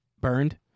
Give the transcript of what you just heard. burned